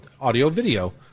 audio-video